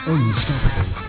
Unstoppable